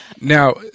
Now